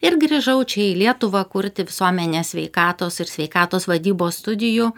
ir grįžau čia į lietuvą kurti visuomenės sveikatos ir sveikatos vadybos studijų